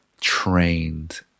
trained